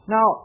Now